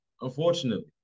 unfortunately